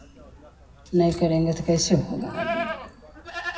नहीं करेंगे तो कैसे होगा आदमी को